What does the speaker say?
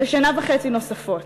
לשנה וחצי נוספות.